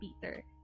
Peter